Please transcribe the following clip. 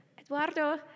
Eduardo